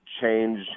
change